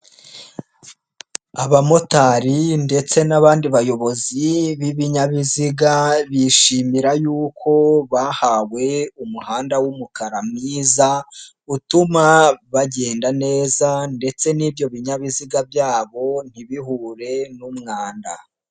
Abamotari ndetse n'abandi bayobozi b'ibinyabiziga bishimira yuko bahawe umuhanda w'umukara mwiza, utuma bagenda neza ndetse n'ibyo binyabiziga byabo ntibihure n'umwanda.